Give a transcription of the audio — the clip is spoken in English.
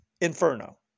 Inferno